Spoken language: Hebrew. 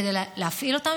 כדי להפעיל אותם,